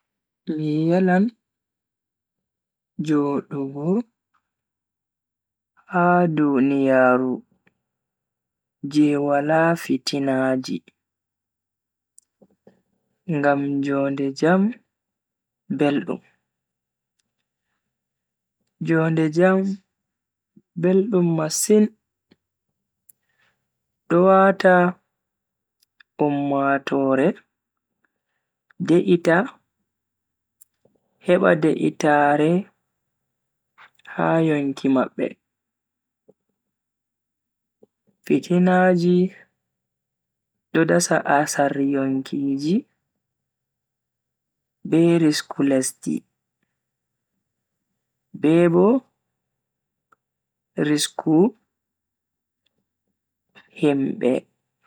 Mi yelan jodugo ha duniyaaru je wala fitinaaji, ngam jonde jam beldum. Jonde jam beldum masin do wata ummatoore de'ita heba de'itaare ha yonki mabbe. Fitinaaji do dasa asar yonkiji be risku lesdi be bo risku himbe.